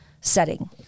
setting